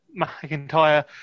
McIntyre